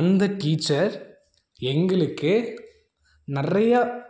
அந்த டீச்சர் எங்களுக்கு நிறையா